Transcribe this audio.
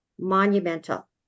monumental